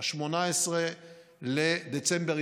ב-18 בדצמבר,